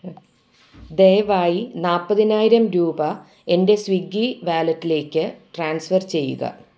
ദയവായി നാൽപ്പതിനായിരം രൂപ എൻ്റെ സ്വിഗ്ഗി വാലറ്റിലേക്ക് ട്രാൻസ്ഫർ ചെയ്യുക